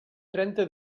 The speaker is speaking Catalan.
trenta